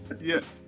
Yes